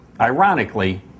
ironically